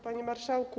Panie Marszałku!